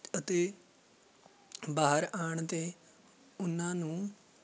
ਅਤੇ ਬਾਹਰ ਆਉਣ 'ਤੇ ਉਹਨਾਂ ਨੂੰ